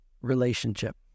relationship